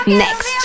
next